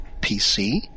PC